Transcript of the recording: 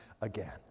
again